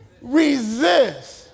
resist